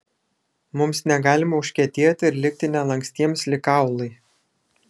mums negalima užkietėti ir likti nelankstiems lyg kaulai